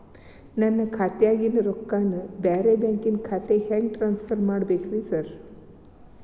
ನನ್ನ ಖಾತ್ಯಾಗಿನ ರೊಕ್ಕಾನ ಬ್ಯಾರೆ ಬ್ಯಾಂಕಿನ ಖಾತೆಗೆ ಹೆಂಗ್ ಟ್ರಾನ್ಸ್ ಪರ್ ಮಾಡ್ಬೇಕ್ರಿ ಸಾರ್?